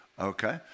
Okay